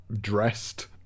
dressed